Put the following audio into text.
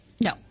No